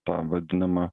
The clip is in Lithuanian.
tą vadinamą